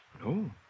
no